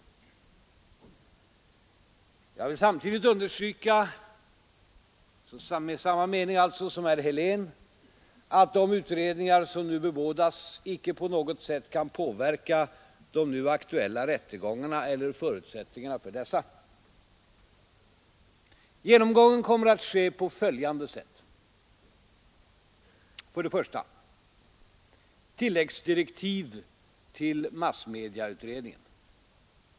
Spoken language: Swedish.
Jag vill samtidigt understryka — jag är alltså av samma mening som herr Helén — att de utredningar som nu bebådas icke på något sätt kan påverka de nu aktuella rättegångarna eller förutsättningarna för dessa. Genomgången kommer att ske på följande sätt: För det första: Tilläggsdirektiv till massmedieutredningen.